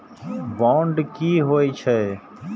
Bond की होई छै?